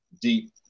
deep